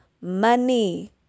money